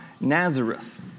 Nazareth